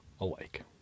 alike